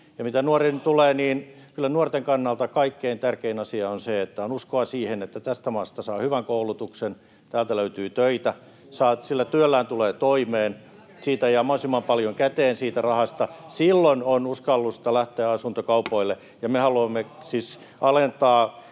Ja mitä nuoriin tulee, kyllä nuorten kannalta kaikkein tärkein asia on se, että on uskoa siihen, että tästä maasta saa hyvän koulutuksen, täältä löytyy töitä, sillä työllään tulee toimeen, siitä rahasta jää mahdollisimman paljon käteen. Silloin on uskallusta lähteä asuntokaupoille.